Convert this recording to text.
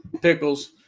Pickles